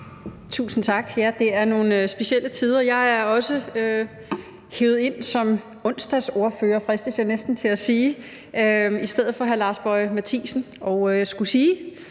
Tusind tak. Ja, det er nogle specielle tider. Jeg er også hevet ind som onsdagsordfører, fristes jeg næsten til at sige, i stedet for hr. Lars Boje Mathiesen. Og jeg skulle sige